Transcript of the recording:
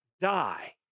die